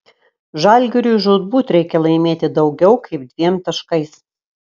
žalgiriui žūtbūt reikia laimėti daugiau kaip dviem taškais